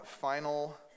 final